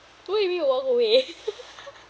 what you mean you walk away